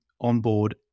onboard